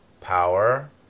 power